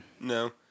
No